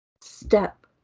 Step